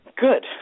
Good